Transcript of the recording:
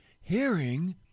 hearing